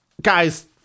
guys